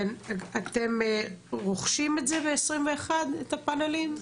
אתם רוכשים את הפאנלים ב-2021?